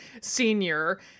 senior